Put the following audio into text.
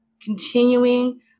continuing